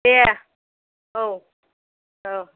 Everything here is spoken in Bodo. दे औ औ